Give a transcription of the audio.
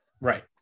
right